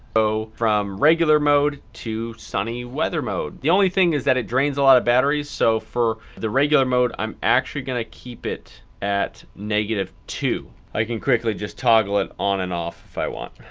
from regular mode to sunny weather mode. the only thing is that it drains a lot of battery. so, for the regular mode i'm actually going to keep it at negative two. i can quickly just toggle it on and off if i want.